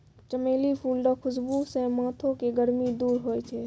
चमेली फूल रो खुशबू से माथो के गर्मी दूर होय छै